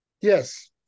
Yes